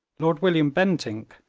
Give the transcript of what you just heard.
lord william bentinck,